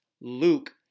Luke